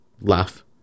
laugh